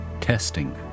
testing